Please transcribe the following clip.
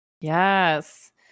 Yes